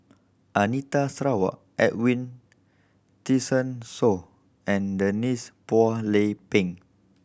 Anita Sarawak Edwin Tessensohn and Denise Phua Lay Peng